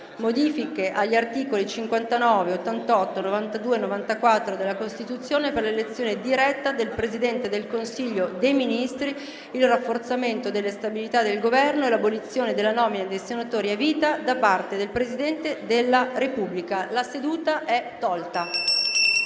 Modifiche alla parte seconda della Costituzione per l'elezione diretta del Presidente del Consiglio dei ministri, il rafforzamento della stabilità del Governo e l'abolizione della nomina dei senatori a vita da parte del Presidente della Repubblica